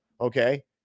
Okay